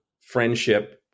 friendship